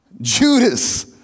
Judas